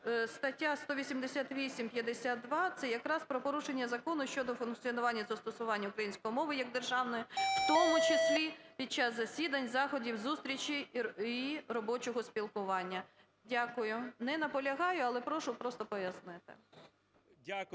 стаття 188-52 це якраз про порушення закону щодо функціонування застосування української як державної, в тому числі під час засідань, заходів, зустрічей і робочого спілкування. Дякую. Не наполягаю, але прошу просто пояснити.